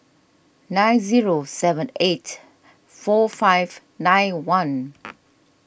nine zero seven eight four five nine one